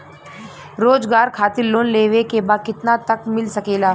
रोजगार खातिर लोन लेवेके बा कितना तक मिल सकेला?